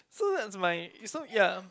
so that's my you so yeah